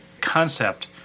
concept